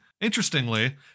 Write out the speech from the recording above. Interestingly